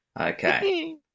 Okay